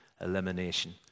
elimination